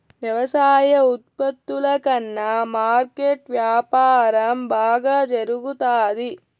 వ్యవసాయ ఉత్పత్తుల కన్నా మార్కెట్ వ్యాపారం బాగా జరుగుతాది